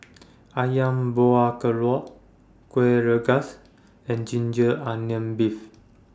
Ayam Buah Keluak Kueh Rengas and Ginger Onions Beef